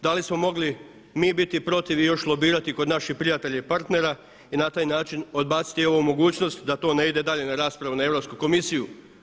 Da li smo mogli mi biti protiv i još lobirati kod naših prijatelja i partnera i na taj način odbaciti i ovu mogućnost da to ne ide dalje na raspravu na Europsku komisiju.